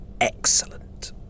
Excellent